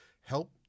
help